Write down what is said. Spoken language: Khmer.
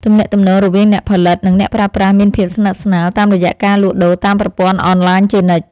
ទំនាក់ទំនងរវាងអ្នកផលិត និងអ្នកប្រើប្រាស់មានភាពស្និទ្ធស្នាលតាមរយៈការលក់ដូរតាមប្រព័ន្ធអនឡាញជានិច្ច។